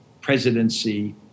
presidency